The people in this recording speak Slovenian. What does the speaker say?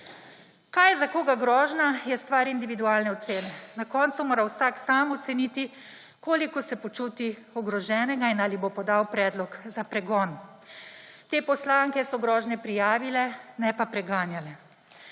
Kaj je za koga grožnja, je stvar individualne ocene. Na koncu mora vsak sam oceniti, koliko se počuti ogroženega in ali bo podal predlog za pregon. Te poslanke so grožnje prijavile, ne pa preganjale.